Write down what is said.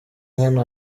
hano